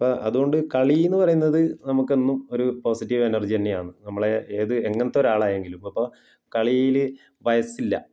അപ്പം അതുകൊണ്ട് കളി എന്ന് പറയുന്നത് നമുക്കെന്നും ഒരു പോസിറ്റീവ് എനർജി തന്നെയാണ് നമ്മളെ ഏത് എങ്ങനത്തെ ഒരു ആളായെങ്കിലും ഇപ്പോൾ കളിയിൽ വയസ്സില്ല